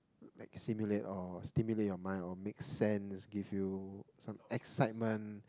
like simulate or stimulate your mind or make sense give you some excitement